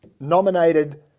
nominated